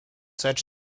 such